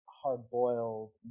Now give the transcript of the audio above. hard-boiled